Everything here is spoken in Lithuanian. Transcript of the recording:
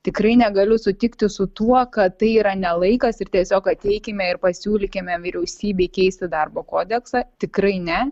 tikrai negaliu sutikti su tuo kad tai yra ne laikas ir tiesiog ateikime ir pasiūlykime vyriausybei keisti darbo kodeksą tikrai ne